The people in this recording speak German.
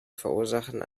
verursachen